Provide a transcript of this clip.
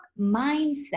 mindset